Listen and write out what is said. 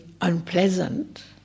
unpleasant